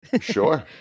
Sure